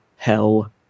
hell